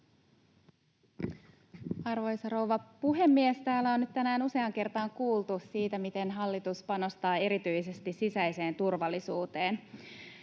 Arvoisa rouva puhemies! Täällä on tänään useaan kertaan kuultu siitä, miten hallitus panostaa erityisesti sisäiseen turvallisuuteen.